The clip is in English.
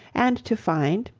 and to find,